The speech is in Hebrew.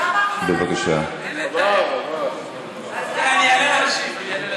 אני אעלה להשיב, אני אעלה להשיב.